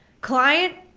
client